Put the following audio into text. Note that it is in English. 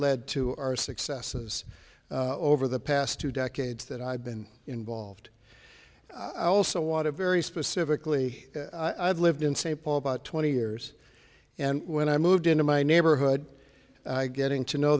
led to our successes over the past two decades that i've been involved i also want to very specifically i've lived in st paul about twenty years and when i moved into my neighborhood getting to know